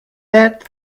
that